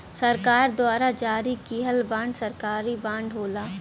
सरकार द्वारा जारी किहल बांड सरकारी बांड होला